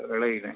कळलं की नाही